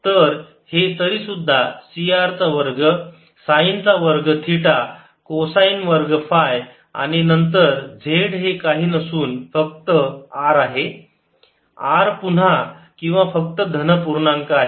तर हे तरीसुद्धा C r चा वर्ग साईन चा वर्ग थिटा कोसाईनचा वर्ग फाय आणि नंतर z हे काही नसून फक्त r आहे r पुन्हा किंवा फक्त धन पूर्णांक आहे